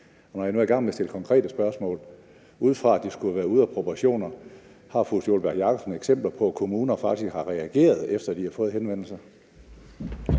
Når nu jeg er i gang med at stille konkrete spørgsmål, og ud fra at det skulle være ude af proportioner, har fru Sólbjørg Jakobsen så eksempler på, at kommuner faktisk har reageret, efter de har fået henvendelser?